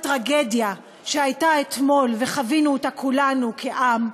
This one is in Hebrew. הטרגדיה שהייתה אתמול וחווינו אותה אתמול כעם,